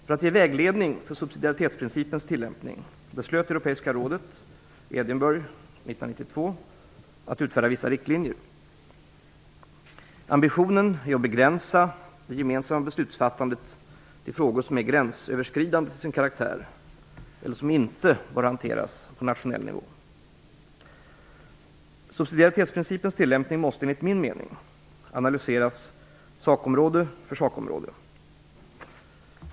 För att ge vägledning för subsidiaritetsprincipens tillämpning beslöt Europeiska rådet i Edinburgh år 1992 att utfärda vissa riktlinjer. Ambitionen är att begränsa det gemensamma beslutsfattandet till frågor som är gränsöverskridande till sin karaktär eller som inte bör hanteras på nationell nivå. Subsidiaritetsprincipens tillämpning måste, enligt min mening, analyseras sakområde för sakområde.